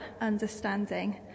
understanding